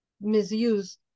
misused